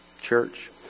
Church